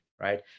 right